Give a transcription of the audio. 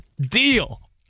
Deal